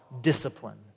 discipline